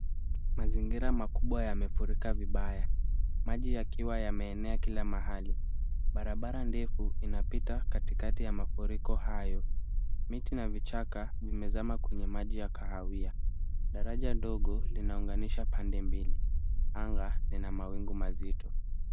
Mazingira makubwa yamefurika vibaya maji yakiwa yameenea kila mahali. Barabara ndefu inapita katikati ya mafuriko hayo. Miti na vichaka vimezama kwenye maji ya kahawai. Daraja ndogo linaunganisha pande mbili. Anga ina mawingu mazito.